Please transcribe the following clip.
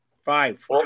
Five